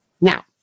Now